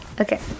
Okay